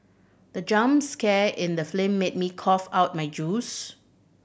the jump scare in the film made me cough out my juice